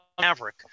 Maverick